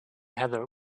heather